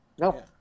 No